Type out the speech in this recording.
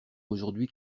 aujourd’hui